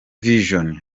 vision